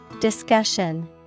Discussion